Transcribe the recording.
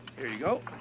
here you go.